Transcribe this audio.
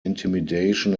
intimidation